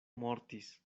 mortis